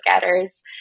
getters